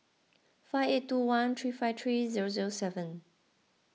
five eight two one three five three zero zero seven